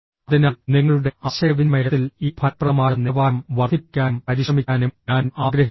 അതിനാൽ നിങ്ങളുടെ ആശയവിനിമയത്തിൽ ഈ ഫലപ്രദമായ നിലവാരം വർദ്ധിപ്പിക്കാനും പരിശ്രമിക്കാനും ഞാൻ ആഗ്രഹിക്കുന്നു